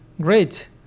Great